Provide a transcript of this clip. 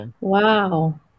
Wow